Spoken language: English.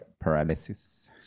paralysis